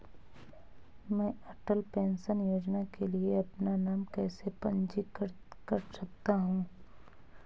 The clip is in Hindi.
मैं अटल पेंशन योजना के लिए अपना नाम कैसे पंजीकृत कर सकता हूं?